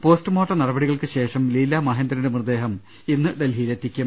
postmortem നടപടികൾക്കുശേഷം ലീലാ മഹേന്ദ്രന്റെ മൃത ദേഹം ഇന്ന് ഡൽഹിയിൽ എത്തിക്കും